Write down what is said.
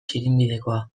zirinbidekoa